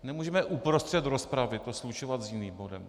Nemůžeme uprostřed rozpravy to slučovat s jiným bodem.